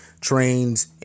trains